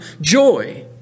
joy